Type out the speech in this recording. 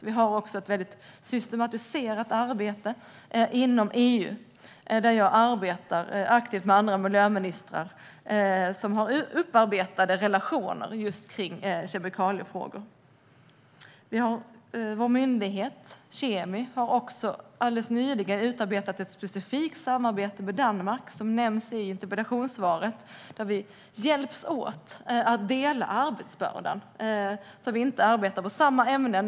Vi har också ett systematiserat arbete inom EU, där jag arbetar aktivt med andra miljöministrar som har upparbetade relationer i just kemikaliefrågor. Vår myndighet, Kemikalieinspektionen, har också alldeles nyligen utarbetat ett specifikt samarbete med Danmark, som nämns i interpellationssvaret. Vi hjälps åt och delar på arbetsbördan så att vi inte arbetar på samma ämnen.